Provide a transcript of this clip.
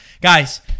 Guys